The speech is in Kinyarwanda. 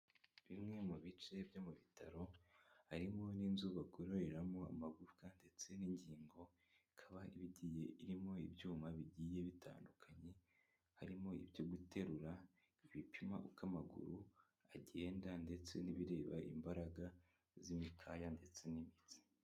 Bimwe mu bice byo mu bitaro harimo n'inzu bagororeramo amagufwa ndetse n'ingingo bikaba bigiye birimo ibyuma bigiye bitandukanye harimo ibyo guterura, ibipima uko amaguru agenda, ndetse n'ibireba imbaraga z'imikaya ndetse n'imitsi.